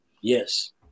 Yes